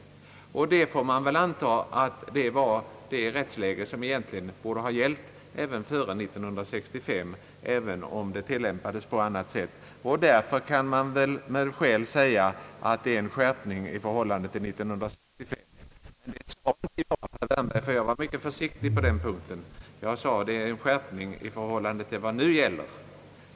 Man får anta att det rättsläget egentligen borde ha gällt också före den 1 juli 1965, även om tillämpningen var en annan. Därför kan man nog med skäl säga, att det är en skärpning i förhållande till läget före 1965. Men det sade jag inte, herr Wärnberg — jag var mycket försiktig på den punkten och yttrade, att det är en skärpning i förhållande till vad som nu gäller.